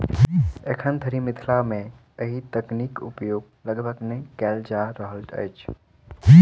एखन धरि मिथिला मे एहि तकनीक उपयोग लगभग नै कयल जा रहल अछि